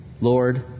Lord